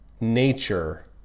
nature